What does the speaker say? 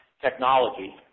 technology